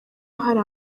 hari